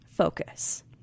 focus